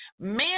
man